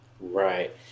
Right